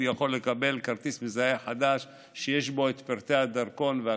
הוא יכול לקבל כרטיס מזהה חדש שיש בו פרטי הדרכון והכול,